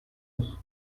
loup